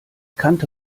kannte